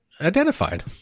identified